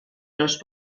los